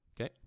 Okay